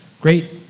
Great